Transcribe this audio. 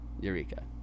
Eureka